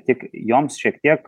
tik joms šiek tiek